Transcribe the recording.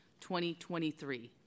2023